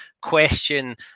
question